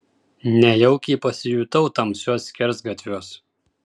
nejaukiai pasijutau tamsiuos skersgatviuos